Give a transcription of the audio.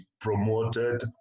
promoted